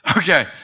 Okay